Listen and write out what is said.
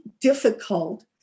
difficult